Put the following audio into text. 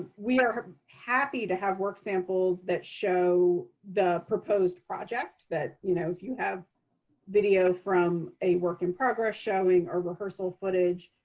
we are happy to have work samples that show the proposed project. that you know if you have video from a work in progress showing or rehearsal footage,